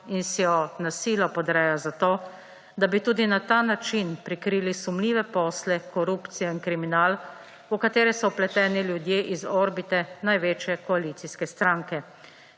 in si jo na silo podreja zato, da bi tudi na ta način prikrili sumljive posle, korupcijo in kriminal, v katere so vpleteni ljudje iz orbite največje koalicijske stranke,